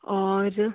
और